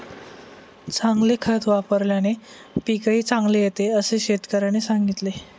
चांगले खत वापल्याने पीकही चांगले येते असे शेतकऱ्याने सांगितले